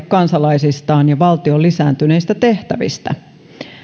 kansalaisistaan ja valtion lisääntyneistä tehtävistä